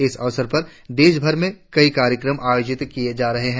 इस अवसर पर देशभर में कई कार्यक्रम आयोजित किए जा रहे हैं